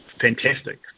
fantastic